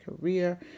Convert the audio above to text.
career